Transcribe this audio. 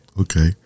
okay